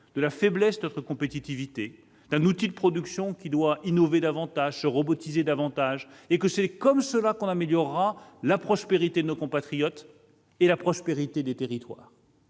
de la faiblesse de notre compétitivité, d'un outil de production qui doit innover et se robotiser davantage, et que c'est comme cela que l'on améliorera la prospérité de nos compatriotes et des territoires.